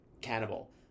cannibal